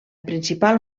principal